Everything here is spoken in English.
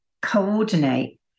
coordinate